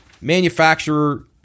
Manufacturer